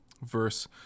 Verse